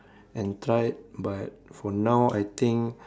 and try it but for now I think